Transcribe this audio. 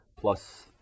Plus